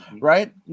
right